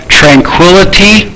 tranquility